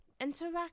interact